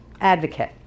advocate